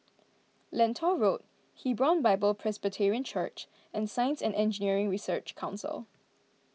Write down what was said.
Lentor Road Hebron Bible Presbyterian Church and Science and Engineering Research Council